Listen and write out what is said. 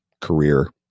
career